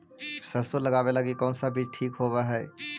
सरसों लगावे लगी कौन से बीज ठीक होव हई?